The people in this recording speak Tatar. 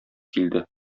килде